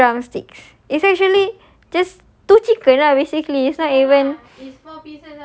and two drumsticks essentially just two chicken lah basically is not even